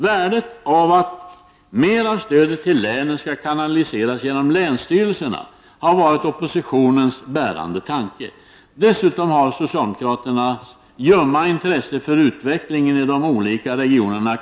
Värdet av att låta mera stöd till länen kanaliseras via länsstyrelserna har varit den bärande tanken hos oppositionen. Dessutom har det klart kunnat konstateras att regeringen visar ett ljumt intresse för utvecklingen i de olika regionerna.